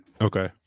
okay